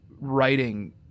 writing